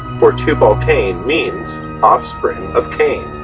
for tubal-cain means offspring of cain.